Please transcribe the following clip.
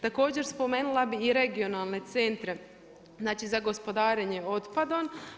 Također spomenula bi i regionalne centre za gospodarenje otpadom.